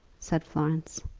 said florence.